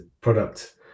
product